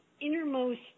innermost